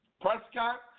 Prescott